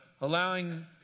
allowing